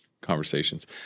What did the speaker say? conversations